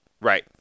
Right